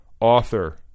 Author